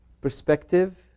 perspective